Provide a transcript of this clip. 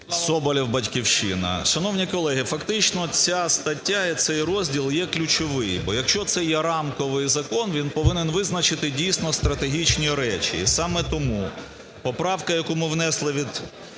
Соболєв "Батьківщина". Шановні колеги, фактично ця стаття і цей розділ є ключовий, бо якщо це рамковий закон, він повинен визначити, дійсно, стратегічні речі. І саме тому поправка, яку ми внесли від